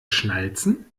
schnalzen